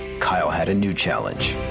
kyle had a new challenge.